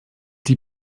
die